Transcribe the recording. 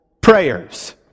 prayers